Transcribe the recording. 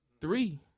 Three